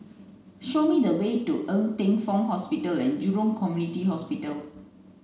show me the way to Ng Teng Fong Hospital and Jurong Community Hospital